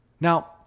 Now